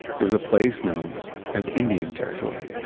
it was a place known as indian territory.